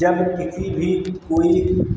जन्म तिथि भी कोई